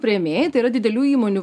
priėmėjai tai yra didelių įmonių